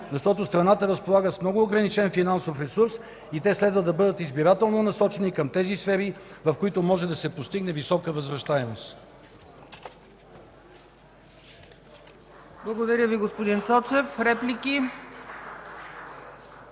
защото страната разполага с много ограничен финансов ресурс и те следва да бъдат избирателно насочени към сферите, в които може да се постигне висока възвръщаемост. (Ръкопляскания от БСП